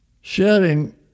Sharing